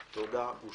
הלאה.